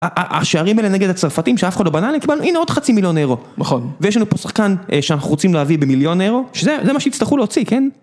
ה.. ה.. השערים האלה נגד הצרפתים, שאף אחד לא בנה עליהם, קיבלנו, הנה עוד חצי מיליון אירו. נכון. ויש לנו פה שחקן אה.. שאנחנו רוצים להביא במיליון אירו, שזה מה שהצטרכו להוציא, כן?